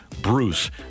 Bruce